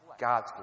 God's